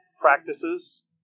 practices